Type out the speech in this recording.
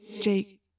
Jake